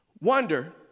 Wonder